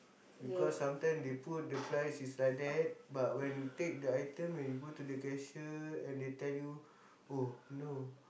because sometime they put the price is like that but when you take the item and you go to the cashier and they tell you oh no